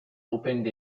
opened